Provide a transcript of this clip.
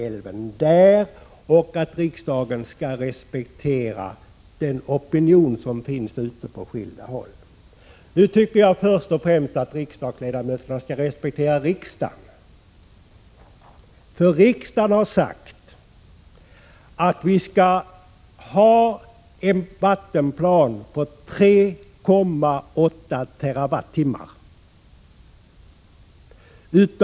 1986/87:36 skilda håll. 26 november 1986 Nu tycker jag att riksdagsledamöterna först och främst skall respektera ä 3 : 2 En lag om hushållning riksdagen. Och riksdagen har sagt att vi skall ha en vattenplan, som gäller 3,8 Hed natues nen TWh.